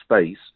space